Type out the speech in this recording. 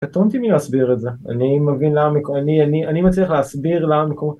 קטונתי מלהסביר את זה, אני מבין למה אני אני אני מצליח להסביר למה